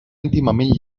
íntimament